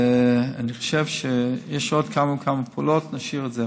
אני חושב שיש עוד כמה וכמה פעולות, נשאיר את זה.